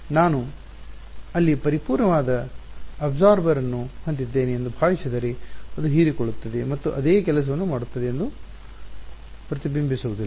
ಆದ್ದರಿಂದ ನಾನು ಅಲ್ಲಿ ಪರಿಪೂರ್ಣವಾದ ಅಬ್ಸಾರ್ಬರ್ ಅನ್ನು ಹೊಂದಿದ್ದೇನೆ ಎಂದು ಭಾವಿಸಿದರೆ ಅದು ಹೀರಿಕೊಳ್ಳುತ್ತದೆ ಮತ್ತು ಅದೇ ಕೆಲಸವನ್ನು ಮಾಡುತ್ತದೆ ಎಂದು ಪ್ರತಿಬಿಂಬಿಸುವುದಿಲ್ಲ